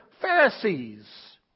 Pharisees